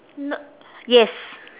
n~ yes